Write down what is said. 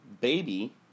Baby